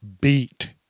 beat